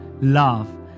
love